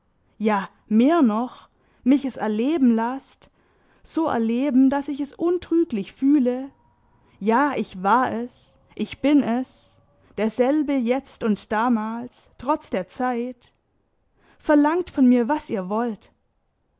ja mehr noch mich es erleben laßt so erleben daß ich es untrüglich fühle ja ich war es ich bin es derselbe jetzt und damals trotz der zeit verlangt von mir was ihr wollt